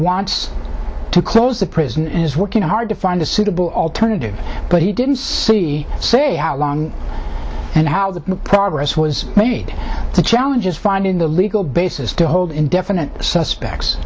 wants to close the prison is working hard to find a suitable alternative but he didn't say how long and how the progress was made the challenge is finding the legal basis to hold indefinite suspects